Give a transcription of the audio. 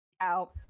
out